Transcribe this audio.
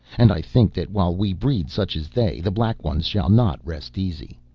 and i think that while we breed such as they, the black ones shall not rest easy.